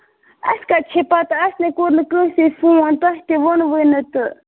اَسہِ کَتہِ چھِ پَتہٕ اَسہِ نَے کوٚر نہٕ کٲنٛسے فون تۄہہِ تہِ ووٚنوٕ نہٕ تہٕ